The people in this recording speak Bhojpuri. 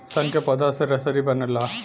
सन के पौधा से रसरी बनला